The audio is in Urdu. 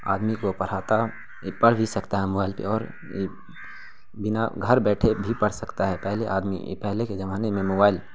آدمی کو پڑھاتا یہ پڑھ بھی سکتا ہے موائل پہ اور بنا گھر بیٹھے بھی پڑھ سکتا ہے پہلے آدمی پہلے کے زمانے میں موئل